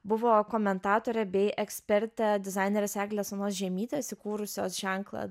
buvo komentatorė bei ekspertė dizainerės eglės onos žiemytės įkūrusios ženklą